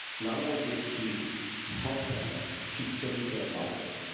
not only did she help them, she saved their lives.